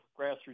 grassroots